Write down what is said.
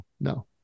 no